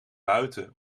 buiten